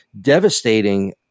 devastating